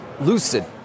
Lucid